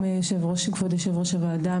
כבוד יושב-ראש הוועדה,